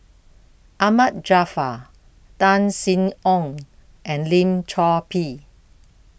Ahmad Jaafar Tan Sin Aun and Lim Chor Pee